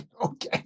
Okay